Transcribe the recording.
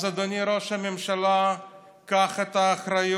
אז, אדוני ראש הממשלה, קח את האחריות,